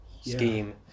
scheme